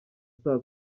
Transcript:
saa